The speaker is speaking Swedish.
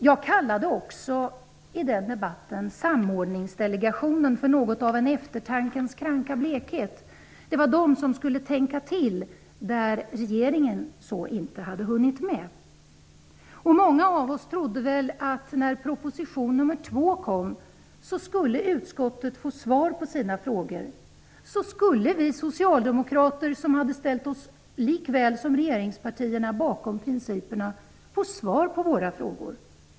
Jag kallade i den debatten Samordningsdelegationen för något av en eftertankens kranka blekhet. Det var Samordningsdelegationen som skulle tänka till där regeringen så inte hade hunnit. Många av oss trodde att när proposition nummer två kom, skulle utskottet få svar på sina frågor. Då skulle vi socialdemokrater som -- i likhet med regeringspartierna -- hade ställt oss bakom principerna få svar på våra frågor.